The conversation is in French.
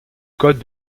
code